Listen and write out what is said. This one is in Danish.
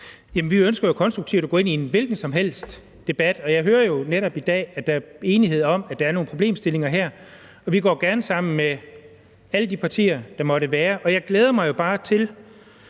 vi ønsker konstruktivt at gå ind i en hvilken som helst debat, og jeg hører jo netop i dag, at der er enighed om, at der er nogle problemstillinger her. Vi går gerne sammen med alle de partier, der måtte være. Jeg glæder mig jo bare til,